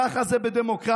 ככה זה בדמוקרטיה,